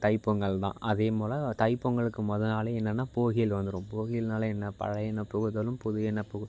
தைப்பொங்கல் தான் அதே போல தைப்பொங்கலுக்கு மொதல் நாளே என்னென்னா போகியல் வந்துடும் போகியல்னாலே என்ன பழையன புகுதலும் புதியன பு